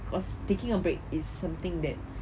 cause taking a break is something that